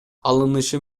алынышы